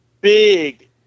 big